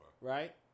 Right